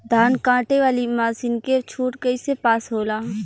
धान कांटेवाली मासिन के छूट कईसे पास होला?